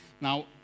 Now